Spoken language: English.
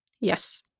Yes